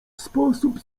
sposób